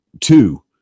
Two